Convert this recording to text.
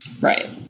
Right